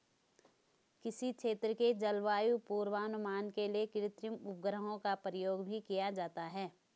किसी क्षेत्र के जलवायु पूर्वानुमान के लिए कृत्रिम उपग्रहों का प्रयोग भी किया जाता है